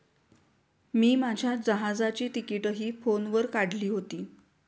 मी माझ्या जहाजाची तिकिटंही फोनवर काढली होती